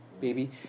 baby